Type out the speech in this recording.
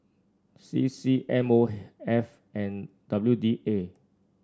C C M O F and W D A